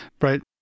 right